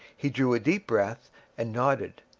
he drew a deep breath and nodded,